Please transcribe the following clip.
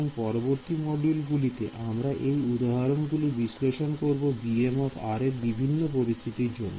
এর পরবর্তী মডিউল গুলিতে আমরা এই উদাহরণ গুলি বিশ্লেষণ করবো bm এর বিভিন্ন পরিস্থিতির জন্য